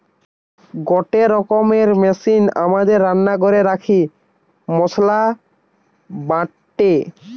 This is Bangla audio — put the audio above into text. গটে রকমের মেশিন আমাদের রান্না ঘরে রাখি মসলা বাটে